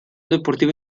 deportiva